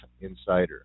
Insider